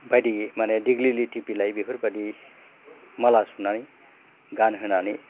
बायदि मानि दिग्लि लिटि बिलाइ बेफोर बायदि माला सुनानै गानहोनानै